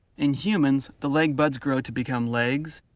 in humans, the leg buds grow to become legs.